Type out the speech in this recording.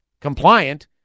compliant